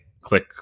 click